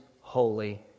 holy